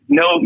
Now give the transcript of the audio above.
no